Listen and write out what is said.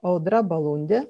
audra balundė